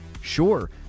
Sure